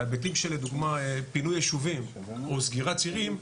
היבטים לדוגמה של פינוי ישובים או סגירת צירים,